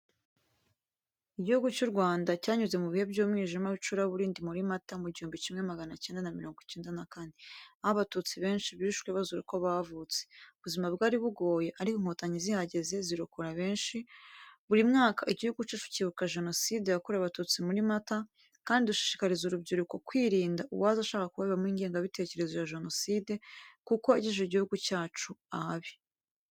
Igihugu cy'u Rwanda cyanyuze mu bihe by'umwijima w'icuraburindi muri Mata mu gihumbi kimwe magana cyenda na mirongo icyenda na kane, aho Abatutsi benshi bishwe bazira uko bavutse. Ubuzima bwari bugoye ariko Inkotanyi zihageze zirokora benshi. Buri mwaka iguhugu cyacu cyibuka Jenoside yakorewe Abatutsi muri Mata, kandi dushishikariza urubyiruko kwirinda uwaza ashaka kubabibamo ingengabitekerezo ya jenoside, kuko yagejeje igihugu cyacu ahabi.